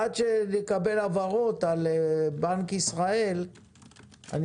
עד שנקבל הבהרות על בנק ישראל אני